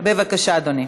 בבקשה, אדוני.